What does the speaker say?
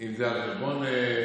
אם זה על חשבון היושב-ראש.